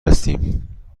هستیم